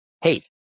Hey